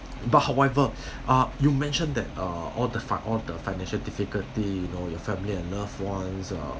but however uh you mentioned that uh all the fi~ all the financial difficulty you know your family and loved ones uh